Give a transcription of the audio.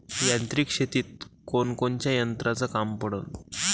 यांत्रिक शेतीत कोनकोनच्या यंत्राचं काम पडन?